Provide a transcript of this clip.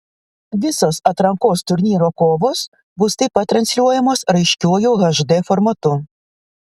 visos atrankos turnyro kovos bus taip pat transliuojamos raiškiuoju hd formatu